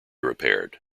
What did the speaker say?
repaired